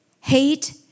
Hate